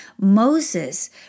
Moses